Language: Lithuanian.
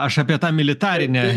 aš apie tą militarinę